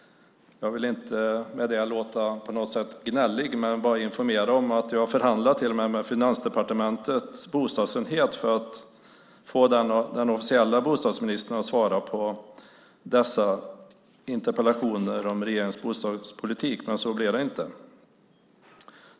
Jag vill inte med det låta gnällig på något sätt, men jag vill bara informera om att jag till och med förhandlade med Finansdepartementets bostadsenhet för att få den officiella bostadsministern att svara på dessa interpellationer om regeringens bostadspolitik, men så blev det inte.